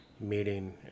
meeting